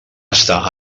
està